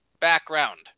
background